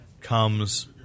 comes